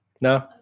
No